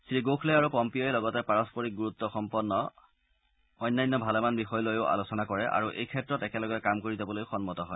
শ্ৰীগোখলে আৰু পম্পিঅ'ই লগতে পাৰস্পৰিক গুৰুত্ সম্পন্ন অন্যান্য ভালেমান বিষয় লৈও আলোচনা কৰে আৰু এই ক্ষেত্ৰত একেলগে কাম কৰি যাবলৈ সন্মত হয়